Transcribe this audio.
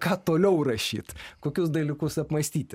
ką toliau rašyt kokius dalykus apmąstyti